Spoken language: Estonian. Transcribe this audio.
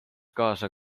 kaasa